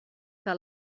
que